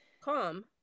calm